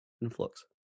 influx